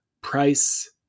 price